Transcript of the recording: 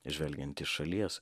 žvelgiant iš šalies